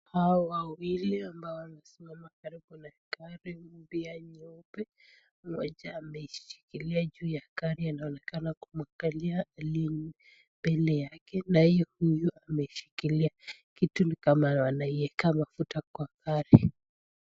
Hawa wawili ambao wamesimama karibu na gari mpya nyeupe, mmoja ameshikilia juu ya gari anaonekana kumwangalia aliye mbele yake, naye huyu ameshikilia kitu ni kama anaiweka mafuta kwa gari.